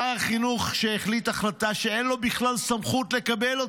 שר החינוך החליט החלטה שאין לו בכלל סמכות לקבל אותה,